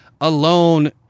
alone